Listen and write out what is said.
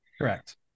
correct